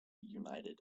united